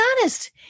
honest